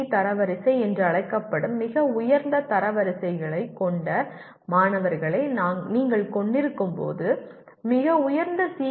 D தரவரிசை என்று அழைக்கப்படும் மிக உயர்ந்த தரவரிசைகளைக் கொண்ட மாணவர்களை நீங்கள் கொண்டிருக்கும்போது மிக உயர்ந்த சி